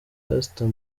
pastor